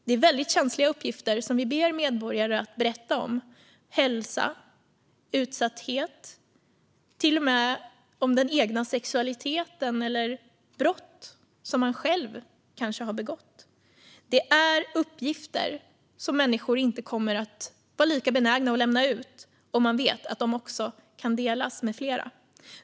Det är väldigt känsliga uppgifter som vi ber medborgare att berätta om: hälsa, utsatthet, till och med om den egna sexualiteten eller om brott som man själv kanske har begått. Det är uppgifter som människor inte kommer att vara lika benägna att lämna ut om de vet att de kan delas med fler.